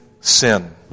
sin